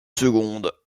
secondes